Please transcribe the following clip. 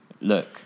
Look